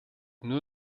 nur